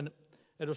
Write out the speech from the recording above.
sitten ed